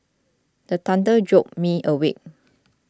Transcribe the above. the thunder jolt me awake